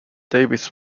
davies